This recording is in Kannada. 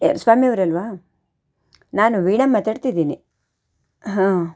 ಯಾರು ಸ್ವಾಮಿಯವರಲ್ವಾ ನಾನು ವೀಣಾ ಮಾತಾಡ್ತಿದ್ದೀನಿ ಹಾಂ